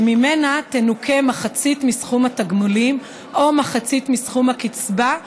שממנה תנוכה מחצית מסכום התגמולים או מחצית מסכום הקצבה,